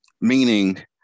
Meaning